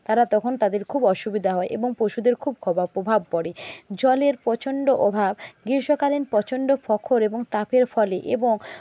তারা তখন তাদের খুব অসুবিধা হয় এবং পশুদের খু ব প্রভাব পড়ে জলের প্রচণ্ড অভাব গ্রীষ্মকালীন প্রচণ্ড প্রখর এবং তাপের ফলে এবং